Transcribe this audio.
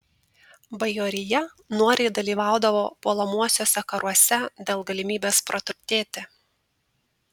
bajorija noriai dalyvaudavo puolamuosiuose karuose dėl galimybės praturtėti